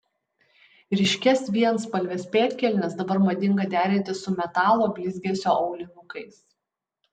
ryškias vienspalves pėdkelnes dabar madinga derinti su metalo blizgesio aulinukais